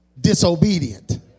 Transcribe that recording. disobedient